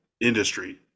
industry